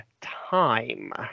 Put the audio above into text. time